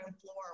floor